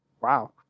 Wow